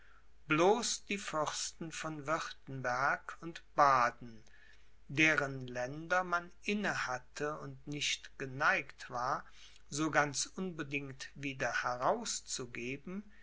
die fürsten von wirtenberg und baden deren länder man inne hatte und nicht geneigt war so ganz unbedingt wieder herzugeben